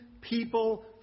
people